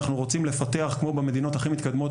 אנחנו רוצים לפתח כמו במדינות הכי מתקדמות